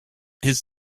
his